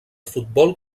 futbol